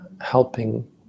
helping